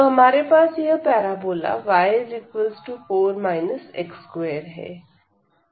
तो हमारे पास यह पैराबोला y4 x2 है